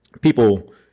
people